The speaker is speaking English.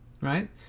right